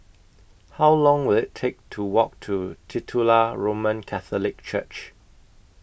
How Long Will IT Take to Walk to Titular Roman Catholic Church